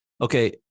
Okay